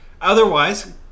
Otherwise